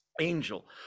angel